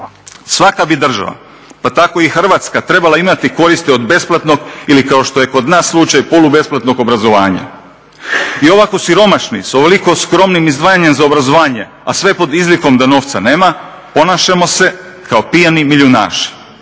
Svaka bi država pa tako i Hrvatska trebala imati koristi od besplatnog ili kao što je kod nas slučaj polu besplatnog obrazovanja. I ovako siromašni sa ovoliko skromnim izdvajanjem za obrazovanje, a sve pod izlikom da novca nema ponašamo se kao pijani milijunaši.